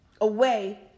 away